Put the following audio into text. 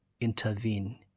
intervene